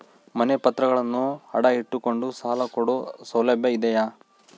ಮನೆ ಪತ್ರಗಳನ್ನು ಅಡ ಇಟ್ಟು ಕೊಂಡು ಸಾಲ ಕೊಡೋ ಸೌಲಭ್ಯ ಇದಿಯಾ?